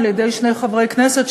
על-ידי שני חברי כנסת,